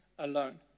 Alone